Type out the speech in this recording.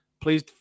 Please